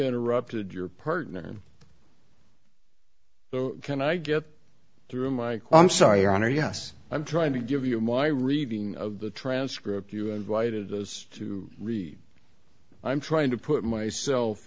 interrupted your partner can i get through michael i'm sorry your honor yes i'm trying to give you my reading of the transcript you invited as to read i'm trying to put myself